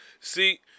See